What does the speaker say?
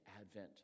advent